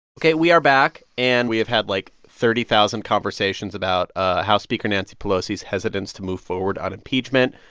ok. we are back. and we have had, like, thirty thousand conversations about ah house speaker nancy pelosi's hesitance to move forward on impeachment.